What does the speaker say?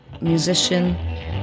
musician